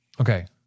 okay